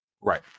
Right